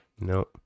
No